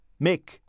Mick